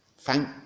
Thank